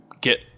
get